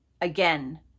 Again